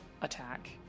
attack